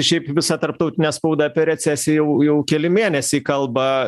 šiaip visa tarptautinė spauda apie recesiją jau jau keli mėnesiai kalba